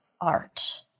art